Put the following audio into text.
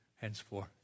Henceforth